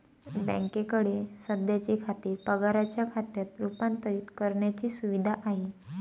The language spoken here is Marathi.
बँकेकडे सध्याचे खाते पगाराच्या खात्यात रूपांतरित करण्याची सुविधा आहे